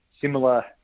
similar